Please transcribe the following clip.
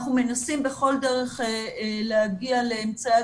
אנחנו מנסים בכל דרך להגיע לאמצעי